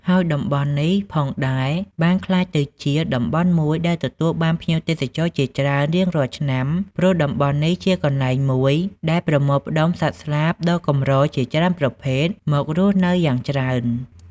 ហើយតំបន់នេះផងដែលបានក្លាយទៅជាតំបន់មួយដែលទទួលបានភ្ញៀវទេសចរជាច្រើនរៀងរាល់ឆ្នាំ ព្រោះតំបន់នេះជាកន្លែងមួយ ដែលប្រមូលផ្តុំនូវសត្វស្លាបដ៏កម្រជាច្រើនប្រភេទមករស់នៅយ៉ាងច្រើន។